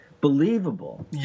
believable